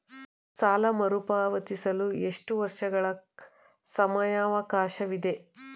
ಸಾಲ ಮರುಪಾವತಿಸಲು ಎಷ್ಟು ವರ್ಷಗಳ ಸಮಯಾವಕಾಶವಿದೆ?